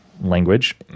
language